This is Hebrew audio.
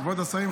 כבוד השרים,